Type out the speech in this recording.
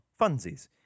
funsies